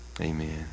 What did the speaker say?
Amen